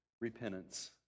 repentance